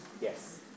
yes